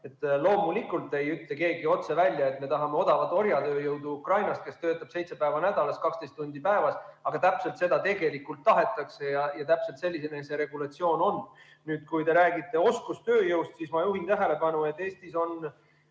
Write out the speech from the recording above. Loomulikult ei ütle keegi otse välja, et me tahame odavat orjatööjõudu Ukrainast, kes töötab seitse päeva nädalas 12 tundi päevas, aga täpselt seda tegelikult tahetakse ja täpselt selline see regulatsioon on. Kui te räägite oskustööjõust, siis ma juhin tähelepanu, et Eestis on